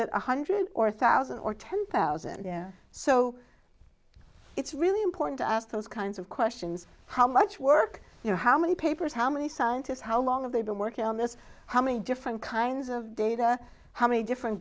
one hundred or thousand or ten thousand yeah so it's really important to ask those kinds of questions how much work you know how many papers how many scientists how long have they been working on this how many different kinds of data how many different